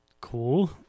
cool